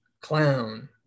Clown